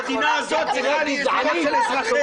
המדינה הזו היא גזענית לאזרחיה.